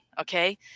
okay